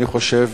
אני חושב